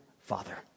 father